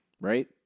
right